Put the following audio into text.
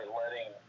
letting